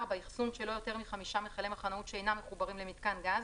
אחסון של לא יותר מחמישה מכלי מחנאות שאינם מחוברים למיתקן גז